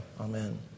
Amen